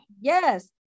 Yes